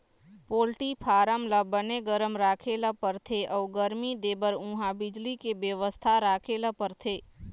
poultry farm ल बने गरम राखे ल परथे अउ गरमी देबर उहां बिजली के बेवस्था राखे ल परथे